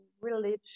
religion